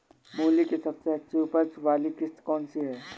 मूली की सबसे अच्छी उपज वाली किश्त कौन सी है?